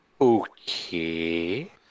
Okay